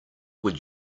would